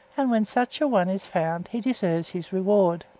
and when such a one is found he deserves his reward.